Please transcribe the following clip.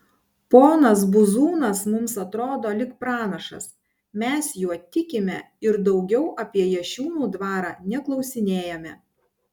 ponas buzūnas mums atrodo lyg pranašas mes juo tikime ir daugiau apie jašiūnų dvarą neklausinėjame